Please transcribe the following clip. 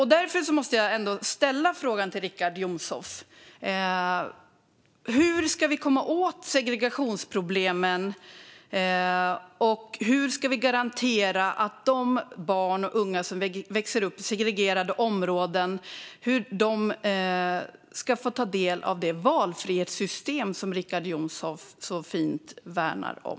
Därför måste jag ställa frågan till Richard Jomshof: Hur ska vi komma åt segregationsproblemen, och hur ska vi garantera att de barn och unga som växer upp i segregerade områden får ta del av det valfrihetssystem som Richard Jomshof så fint värnar om?